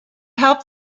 help